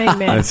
Amen